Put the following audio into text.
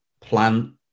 plan